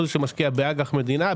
שמשקיע באג"ח מדינה,